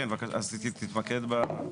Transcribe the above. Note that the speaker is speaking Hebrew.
כן, אז תתמקד בה.